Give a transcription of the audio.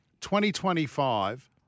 2025